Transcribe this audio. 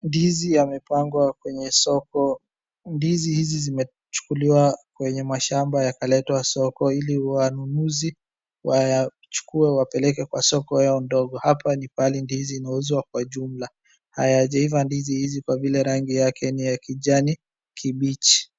Ndizi yamepangwa kwenye soko. Ndizi hizi zimechukuliwa kwenye mashamba yakaletwa soko ili wanunuzi wayachukue wapeleke kwa soko yao ndogo. Hapa ni pahali ndizi inauzwa kwa jumla. Hayajaiva ndizi hizi kwa vile rangi yake ni ya kijani kibichi.